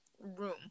room